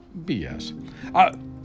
BS